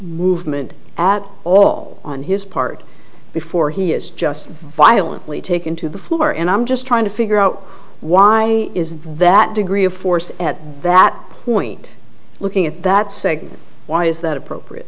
movement at all on his part before he is just violently taken to the floor and i'm just trying to figure out why is that degree of force at that point looking at that segment why is that appropriate